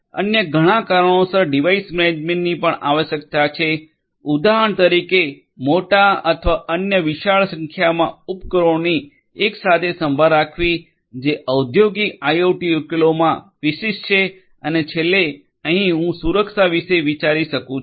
અન્ય ઘણા કારણોસર ડિવાઇસ મેનેજમેન્ટની પણ આવશ્યકતા છે ઉદાહરણ તરીકે મોટા અથવા અન્ય વિશાળ સંખ્યામાં ઉપકરણોની એકસાથે સંભાળ રાખવી જે ઔદ્યોગિક આઇઓટી ઉકેલોમાં વિશિષ્ટ છે અને છેલ્લે અહીં હું સુરક્ષા વિશે વિચારી શકું છું